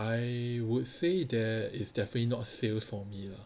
I would say that is definitely not sales for me lah